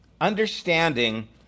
understanding